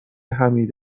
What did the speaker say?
حمید